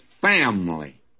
family